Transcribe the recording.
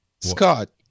Scott